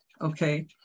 Okay